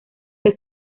que